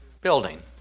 building